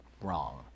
wrong